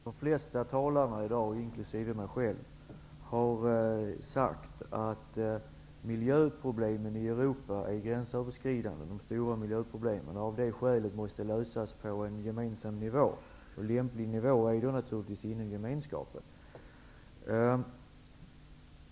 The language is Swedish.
Herr talman! De flesta talare i dag inkl. mig själv har sagt att miljöproblemen i Europa är gränsöverskridande och av det skälet måste lösas på en gemensam nivå. En lämplig nivå är EG.